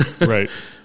right